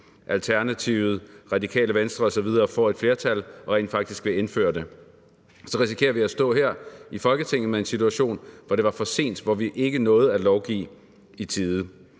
Alternativet, Radikale Venstre osv. får et flertal og rent faktisk vil indføre det? Så risikerer vi at stå her i Folketinget med en situation, hvor det er for sent og vi ikke nåede at lovgive i tide.